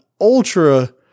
ultra